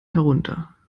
herunter